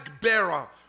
bearer